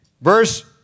Verse